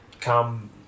come